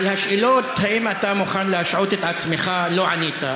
על השאלה אם אתה מוכן להשעות את עצמך לא ענית.